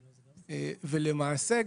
למעשה,